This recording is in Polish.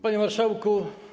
Panie Marszałku!